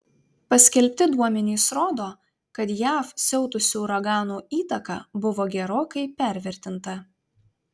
paskelbti duomenys rodo kad jav siautusių uraganų įtaka buvo gerokai pervertinta